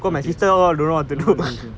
okay don't know what to do also